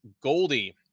goldie